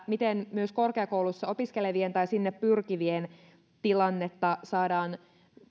miten myös korkeakouluissa opiskelevien tai sinne pyrkivien tilannetta saadaan